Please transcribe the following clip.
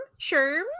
sherm